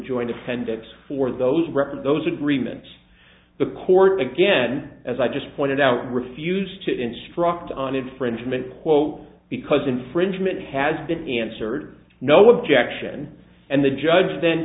joint appendix for those record those agreements the court again as i just pointed out refused to instruct on infringement quote because infringement has been answered no objection and the judge then